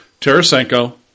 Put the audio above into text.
Tarasenko